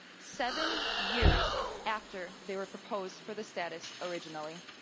seven years after they were proposed for the status originally.